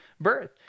birth